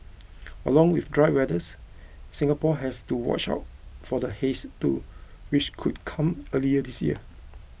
along with the dry weathers Singaporeans have to watch out for the haze too which could come earlier this year